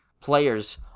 players